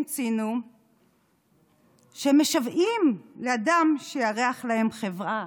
ציינו שהם משוועים לאדם שיארח להם חברה,